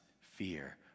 fear